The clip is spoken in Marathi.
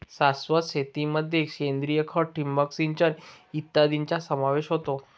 शाश्वत शेतीमध्ये सेंद्रिय खत, ठिबक सिंचन इत्यादींचा समावेश होतो